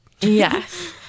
Yes